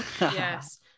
yes